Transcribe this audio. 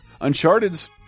Uncharted's